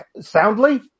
soundly